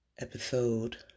Episode